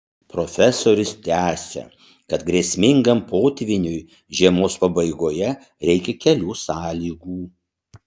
profesorius tęsia kad grėsmingam potvyniui žiemos pabaigoje reikia kelių sąlygų